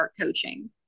Coaching